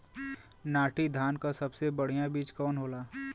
नाटी धान क सबसे बढ़िया बीज कवन होला?